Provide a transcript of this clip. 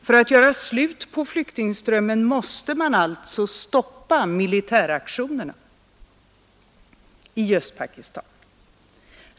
För att göra slut på flyktingströmmen måste man alltså stoppa militäraktionerna i Östpakistan.